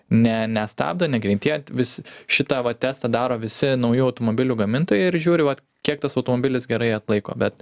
ne nestabdo negreitėjant visi šitą va testą daro visi naujų automobilių gamintojai ir žiūri vat kiek tas automobilis gerai atlaiko bet